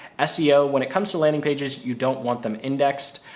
ah seo, when it comes to landing pages, you don't want them indexed.